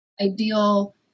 ideal